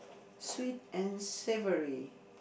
sweet and savoury